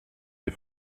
des